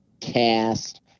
cast